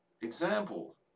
Example